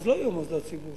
אז לא יהיו מוסדות ציבור.